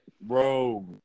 Bro